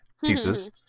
pieces